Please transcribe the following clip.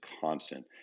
constant